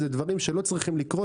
זה דברים שלא צריכים לקרות.